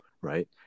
right